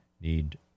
need